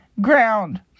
ground